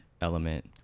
element